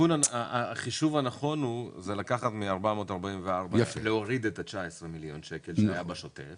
החישוב הנכון הוא להוריד מ-444 את 19 מיליוני השקלים שהיו בשוטף